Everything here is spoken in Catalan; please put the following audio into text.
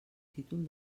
títol